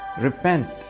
Repent